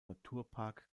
naturpark